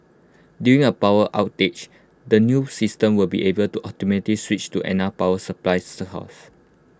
during A power outage the new system will be able to automatically switch to another power supply source